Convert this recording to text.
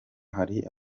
hari